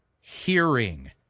hearing